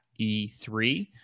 E3